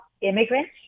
immigrants